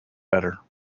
better